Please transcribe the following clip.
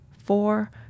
four